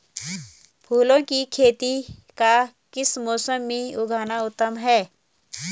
फूलों की खेती का किस मौसम में उगना उत्तम है?